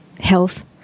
health